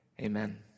Amen